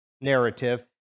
narrative